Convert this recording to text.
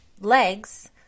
legs